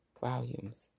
volumes